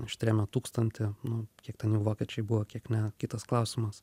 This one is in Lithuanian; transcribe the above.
ištrėmė tūkstantį nu kiek ten jų vokiečiai buvo kiek ne kitas klausimas